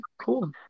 cool